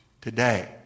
Today